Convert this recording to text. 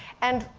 and,